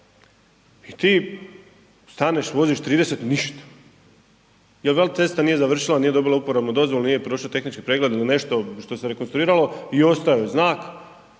I ti staneš, voziš 30, ništa, jer veli cesta nije završila, nije dobila uporabnu dozvolu, nije prošao tehnički pregled ili nešto što se rekonstruiralo i ostao je znak.